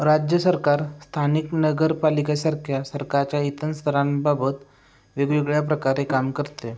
राज्य सरकार स्थानिक नगरपालिकेसारख्या सरकारच्या इतन स्तरांबाबत वेगवेगळ्या प्रकारे काम करते